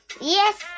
Yes